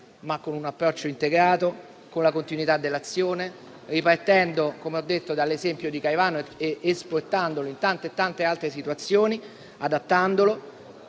ma con un approccio integrato e con la continuità dell'azione, ripartendo, come ho detto, dall'esempio di Caivano, esportandolo in tante altre situazioni e adattandolo,